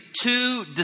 two